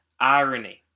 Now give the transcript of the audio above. irony